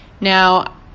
Now